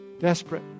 desperate